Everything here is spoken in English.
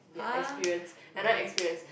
ya experience another experience